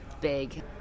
big